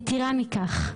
יתרה מכך,